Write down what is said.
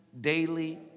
Daily